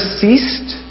ceased